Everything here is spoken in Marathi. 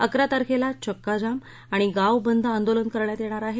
अकरा तारखेला चक्का जाम आणि गाव बंद आंदोलन करण्यात येणार आहे